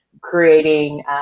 creating